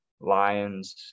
lions